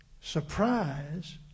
surprise